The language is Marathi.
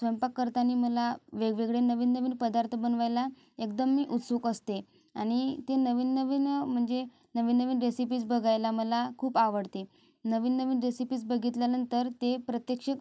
स्वयंपाक करतानी मला वेगवेगळे नवीन नवीन पदार्थ बनवायला एकदम मी उत्सुक असते आणि ते नवीन नवीन म्हणजे नवीन नवीन रेसिपीज् बघायला मला खूप आवडते नवीन नवीन रेसिपीज् बघितल्यानंतर ते प्रत्यक्षित